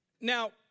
Now